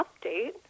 update